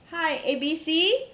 hi A B C